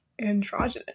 androgynous